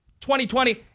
2020